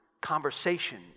conversation